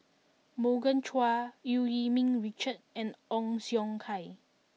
Morgan Chua Eu Yee Ming Richard and Ong Siong Kai